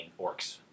orcs